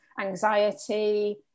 anxiety